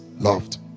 loved